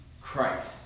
Christ